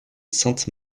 sainte